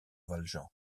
valjean